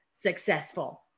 successful